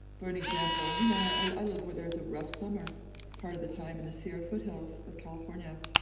for an example, you know, i live where there is a rough summer part of the time in the sierra foothills of california.